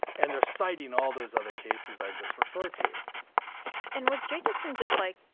and they're citing all those other cases i just referred to and was jacobson just, like,